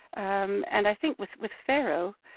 um and i think with with pharaoh,